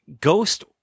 Ghost